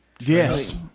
Yes